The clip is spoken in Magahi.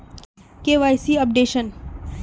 KYC updation?